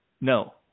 No